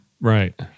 Right